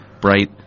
bright